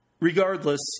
Regardless